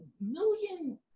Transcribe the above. million